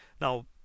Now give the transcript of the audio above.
Now